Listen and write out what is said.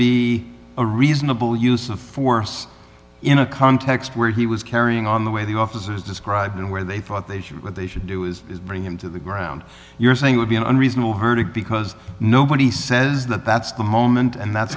be a reasonable use of force in a context where he was carrying on the way the officers described and where they thought they should what they should do is bring him to the ground you're saying would be an unreasonable herdeg because nobody says that that's moment and that's